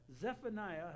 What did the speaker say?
Zephaniah